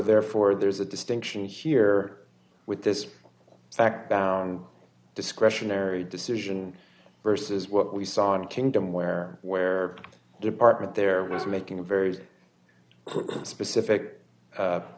therefore there's a distinction here with this back down discretionary decision versus what we saw in kingdom where where the department there was making a very specific